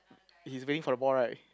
he's waiting for the ball right